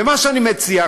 ומה שאני מציע,